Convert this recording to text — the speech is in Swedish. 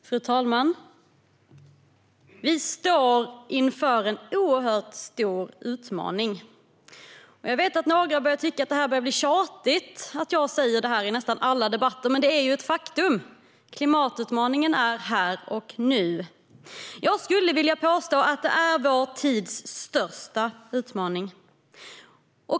Fru talman! Vi står inför en oerhört stor utmaning. Jag vet att några tycker att det börjat bli tjatigt att jag säger det i nästan alla debatter, men det är ett faktum. Klimatutmaningen är här och nu. Jag skulle vilja påstå att det är vår tids största utmaning.